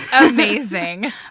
Amazing